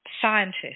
scientist